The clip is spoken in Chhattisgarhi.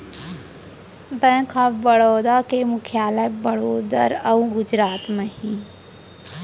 बेंक ऑफ बड़ौदा के मुख्यालय बड़ोदरा अउ गुजरात म हे